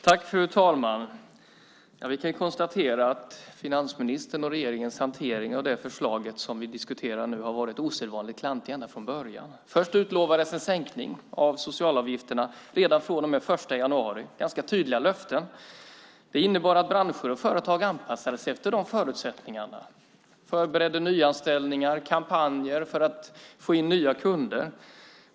Fru talman! Vi kan konstatera att finansministerns och regeringens hantering av förslaget som vi diskuterar nu har varit osedvanligt klantig ända från början. Först utlovades en sänkning av socialavgifterna redan från och med den 1 januari. Det var ganska tydliga löften. Det innebar att branscher och företag anpassade sig efter de förutsättningarna och förberedde nyanställningar och kampanjer för att få in nya kunder.